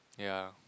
ya